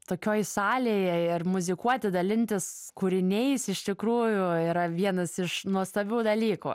tokioj salėje ir muzikuoti dalintis kūriniais iš tikrųjų yra vienas iš nuostabių dalykų